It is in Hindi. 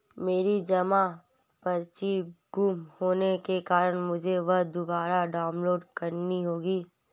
मेरी जमा पर्ची गुम होने के कारण मुझे वह दुबारा डाउनलोड करनी होगी